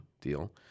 deal